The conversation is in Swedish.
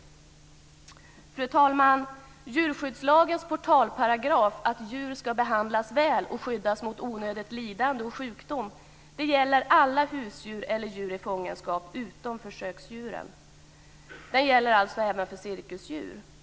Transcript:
Fru talman! Djurskyddslagens portalparagraf att djur ska behandlas väl och skyddas mot onödigt lidande och sjukdom gäller alla husdjur och djur i fångenskap utom försöksdjuren. Den gäller alltså även för cirkusdjur.